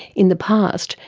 in the past,